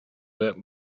let